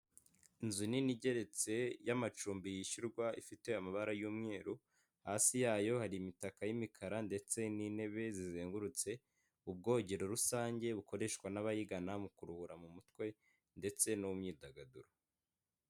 Inzu nini igeretse y'amacumbi yishyurwa ifite amabara y'umweru hasi yayo hari imitaka y'imikara ndetse n'intebe zizengurutse ,ubwogero rusange bukoreshwa n'abayigana mu kuruhura mu mutwe ndetse no mu myidagaduro.